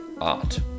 art